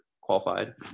qualified